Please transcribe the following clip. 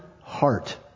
heart